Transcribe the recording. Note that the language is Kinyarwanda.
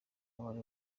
mubare